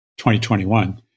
2021